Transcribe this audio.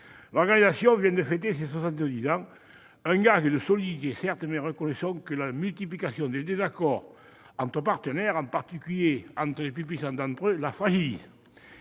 soixante-dix ans : c'est un gage de sa solidité, certes, mais reconnaissons que la multiplication des désaccords entre partenaires, en particulier entre les plus puissants d'entre eux, la fragilise.